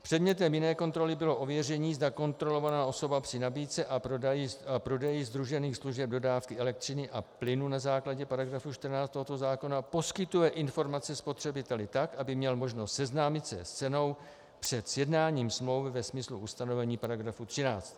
Předmětem jiné kontroly bylo ověření, zda kontrolovaná osoba při nabídce a prodeji sdružených služeb dodávky elektřiny a plynu na základě § 14 tohoto zákona poskytuje informace spotřebiteli tak, aby měl možnost seznámit se s cenou před sjednáním smlouvy ve smyslu ustanovení § 13.